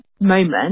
moment